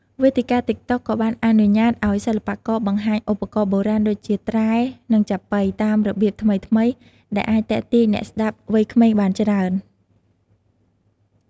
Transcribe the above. វេទិកា តិកតុក ក៏បានអនុញ្ញាតឲ្យសិល្បករបង្ហាញឧបករណ៍បុរាណដូចជា ត្រែ និងចាប៉ី តាមរបៀបថ្មីៗ ដែលអាចទាក់ទាញអ្នកស្តាប់វ័យក្មេងបានច្រើន។